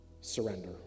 Surrender